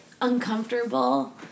uncomfortable